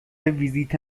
ویزیت